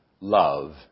love